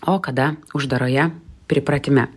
o kada uždaroje pripratime